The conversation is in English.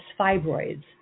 fibroids